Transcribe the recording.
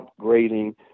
upgrading